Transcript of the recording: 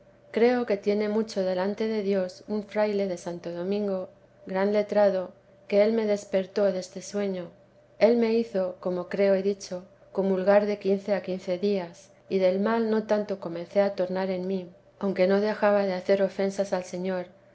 creo tiene mucho delante de dios un fraile de santo domingo gran letrado que él me despertó dese sueño él me hizo como creo he dicho comulgar de quince a quince días y del mal no tanto comencé a tornar en mí aunque no dejaba de hacer ofensas al señor